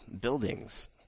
buildings